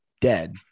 dead